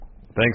Thanks